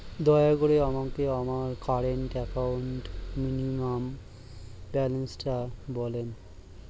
দয়া করে আমাকে আমার কারেন্ট অ্যাকাউন্ট মিনিমাম ব্যালান্সটা বলেন